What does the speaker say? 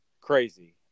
crazy